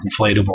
inflatable